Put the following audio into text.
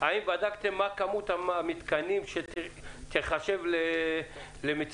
האם בדקתם מה כמות המתקנים שתיחשב למציאות